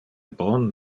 bon